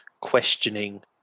questioning